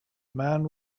man